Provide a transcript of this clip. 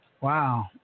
Wow